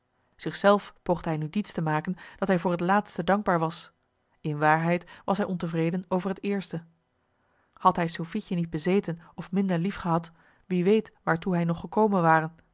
zelf poogde hij nu diets te maken dat hij voor het laatste dankbaar was in waarheid was hij ontevreden over het eerste had hij sofietje niet bezeten of minder lief gehad wie weet waartoe hij nog gekomen ware